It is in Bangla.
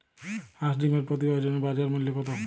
হাঁস ডিমের প্রতি ডজনে বাজার মূল্য কত?